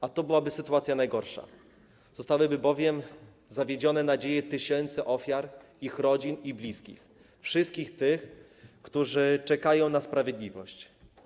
A to byłaby sytuacja najgorsza, zostałyby bowiem zawiedzione nadzieje tysięcy ofiar, ich rodzin i bliskich, wszystkich tych, którzy czekają na sprawiedliwość.